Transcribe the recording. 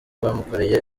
bamukoreye